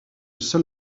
seul